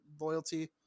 loyalty